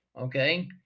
Okay